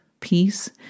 peace